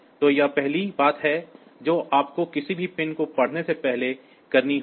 तो यह पहली बात है जो आपको किसी भी पिन को पढ़ने से पहले करनी होगी